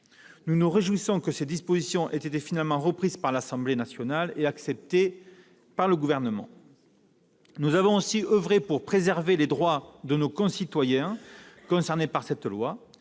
Nous nous réjouissons que ces dispositions aient finalement été reprises par l'Assemblée nationale et acceptées par le Gouvernement. Nous avons aussi oeuvré pour préserver les droits de nos concitoyens concernés par cette loi,